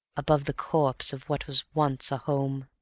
above the corpse of what was once a home.